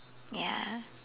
ya